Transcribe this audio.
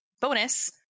bonus